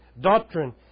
doctrine